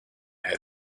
had